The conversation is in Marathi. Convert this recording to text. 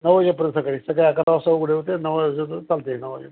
नऊ वाजेपर्यंत सकाळी सकाळी अकरावाजता उघडं होतं नऊ वाजेच चालतंय नऊ वाजेपर्यंत